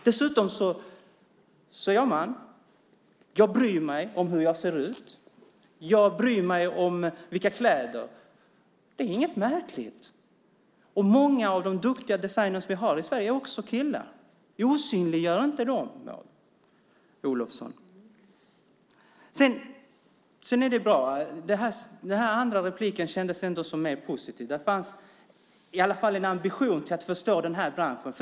Dessutom: Jag bryr mig om hur jag ser ut. Jag bryr mig om vilka kläder jag har. Det är inget märkligt. Många av de duktiga designer vi har i Sverige är killar. Osynliggör inte dem, Maud Olofsson! Den andra repliken kändes ändå som mer positiv. Där fanns i alla fall en ambition att förstå den här branschen.